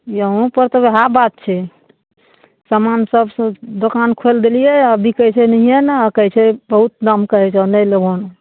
यहूँपर तऽ वएह बात छै समान सबसे दोकान खोलि देलिए आओर बिकै छै नहिए ने कहै छै बहुत दाम कहै छै नहि लेबहन